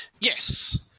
Yes